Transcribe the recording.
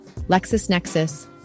LexisNexis